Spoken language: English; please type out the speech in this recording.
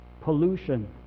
pollution